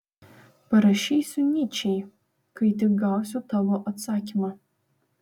parašysiu nyčei kai tik gausiu tavo atsakymą